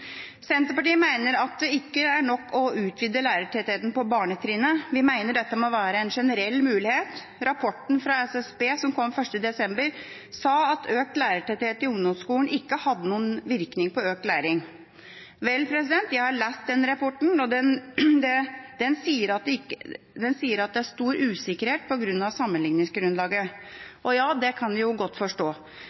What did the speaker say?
Senterpartiet mener at det ikke er nok å utvide lærertettheten på barnetrinnet. Vi mener dette må være en generell mulighet. Rapporten fra SSB som kom 1. desember, sa at økt lærertetthet i ungdomsskolen ikke hadde noen virkning på økt læring. Vel, jeg har lest rapporten. Den sier at det er stor usikkerhet på grunn av sammenligningsgrunnlaget. Ja, det kan en godt forstå.